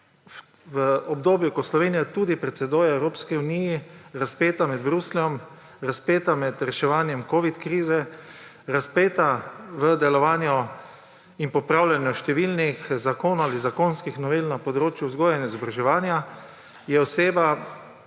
v obdobju, ko Slovenija tudi predseduje Evropski uniji, razpeta med Brusljem, razpeta med reševanjem covid krize, razpeta v delovanju in popravljanju številnih zakonov ali zakonskih novel na področju vzgoje in izobraževanje, je oseba,